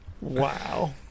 Wow